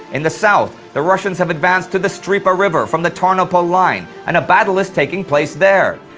in the south the russians have advanced to the strypa river from the tarnopol line, and a battle is taking place there.